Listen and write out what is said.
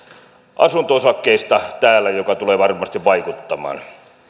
asunto osakkeista täällä mikä tulee varmasti vaikuttamaan